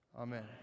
amen